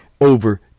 over